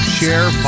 share